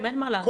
אין מה לעשות.